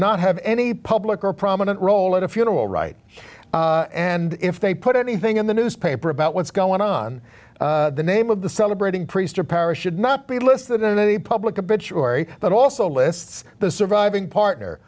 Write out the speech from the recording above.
not have any public or prominent role at a funeral right and if they put anything in the newspaper about what's going on the name of the celebrating priest or power should not be listed in any public a bitch rory but also lists the surviving partner